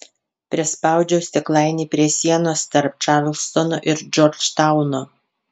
prispaudžiau stiklainį prie sienos tarp čarlstono ir džordžtauno